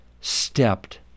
stepped